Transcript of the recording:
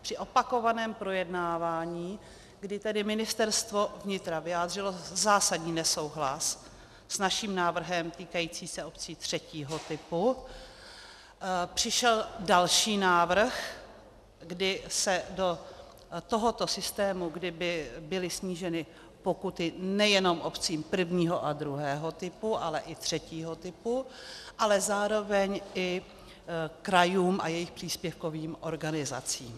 Při opakovaném projednávání, kdy Ministerstvo vnitra vyjádřilo zásadní nesouhlas s naším návrhem týkajícím se obcí třetího typu, přišel další návrh, kde by byly sníženy pokuty nejenom obcím prvního a druhého typu, ale i třetího typu, ale zároveň i krajům a jejich příspěvkovým organizacím.